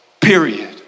period